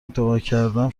دعاکردم